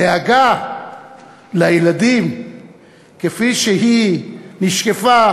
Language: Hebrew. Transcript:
הדאגה לילדים כפי שהיא נשקפה,